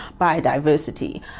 biodiversity